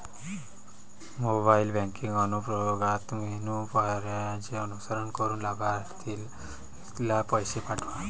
mobile banking अनुप्रयोगात menu पर्यायांचे अनुसरण करून लाभार्थीला पैसे पाठवा